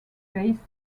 face